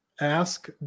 Ask